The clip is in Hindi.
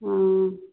हाँ